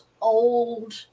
old